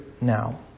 now